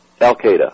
Al-Qaeda